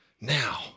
now